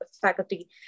faculty